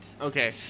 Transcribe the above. Okay